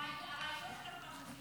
הרעיון שלך מצוין,